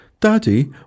Daddy